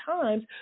times